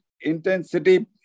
intensity